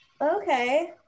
okay